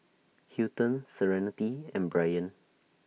Hilton Serenity and Bryan